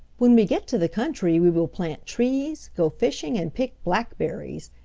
when we get to the country we will plant trees, go fishing, and pick blackberries,